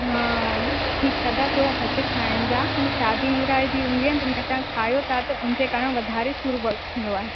हा ती थदा थोरा घटि खाईंजा अने शादी मुरादी हूंदियूं आहिनि त खायो था त उनजे कारण वधारे सूर ब थींदो आहे